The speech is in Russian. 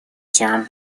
тем